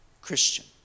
Christian